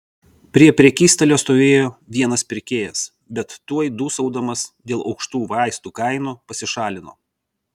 prie prekystalio stovėjo vienas pirkėjas bet tuoj dūsaudamas dėl aukštų vaistų kainų pasišalino